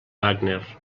wagner